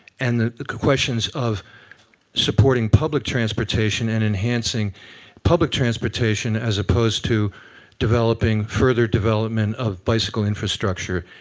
and the questions of supporting public transportation and enhancing public transportation as opposed to developing further development of bicycle infrastructure.